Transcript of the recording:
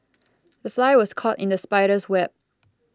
the fly was caught in the spider's web